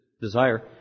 desire